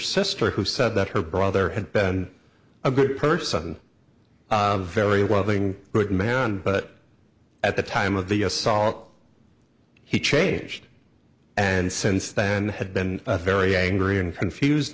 sister who said that her brother had been a good person very well being good man but at the time of the assault he changed and since then had been very angry and confused